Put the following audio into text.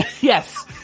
yes